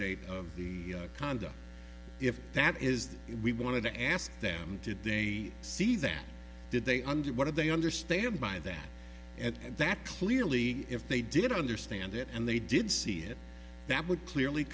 date of the conduct if that is that we want to ask them did they see that did they under what do they understand by that and that clearly if they did understand it and they did see it that would clearly